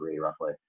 roughly